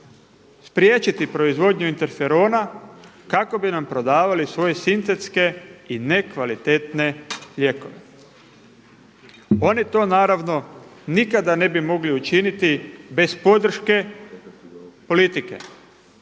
spriječiti proizvodnju interferona kako bi nam prodavali svoje sintetske i nekvalitetne lijekove. Oni to naravno nikada ne bi mogli učiniti bez podrške politike,